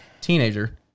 Teenager